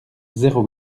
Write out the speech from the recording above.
zéro